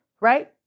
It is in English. right